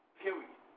period